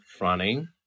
running